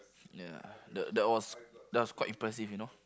ya the that was that was quite impressive you know